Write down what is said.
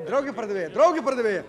drauge pardavėja drauge pardavėja